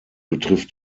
betrifft